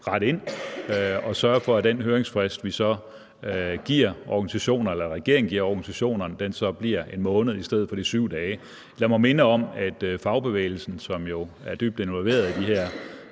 rette ind og sørge for, at den høringsfrist, regeringen så giver organisationerne, bliver 1 måned i stedet for de 7 dage. Lad mig minde om, at fagbevægelsen, som jo er dybt involveret i de her